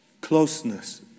closeness